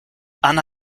anna